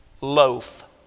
loaf